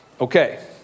Okay